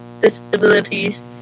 disabilities